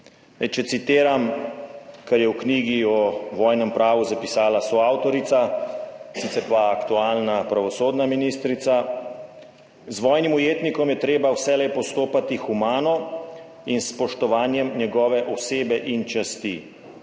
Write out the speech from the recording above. če citiram, kar je v knjigi o vojnem pravu zapisala soavtorica, sicer pa aktualna pravosodna ministrica, »Z vojnim ujetnikom je treba vselej postopati humano in s spoštovanjem njegove osebe in časti.